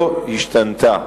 לא השתנתה,